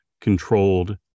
controlled